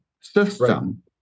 system